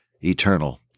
eternal